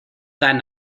dan